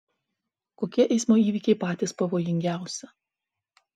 kokie eismo įvykiai patys pavojingiausi